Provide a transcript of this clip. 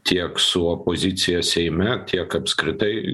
tiek su opozicija seime tiek apskritai